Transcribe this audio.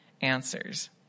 answers